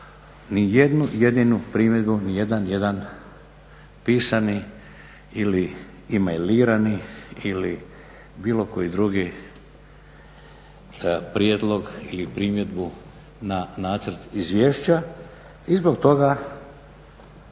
nijednu jedinu primjedbu, nijedan jedini pisani ili e-mailirani ili bilo koji drugi prijedlog ili primjedbu na nacrt izvješća i zbog toga